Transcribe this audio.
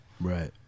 Right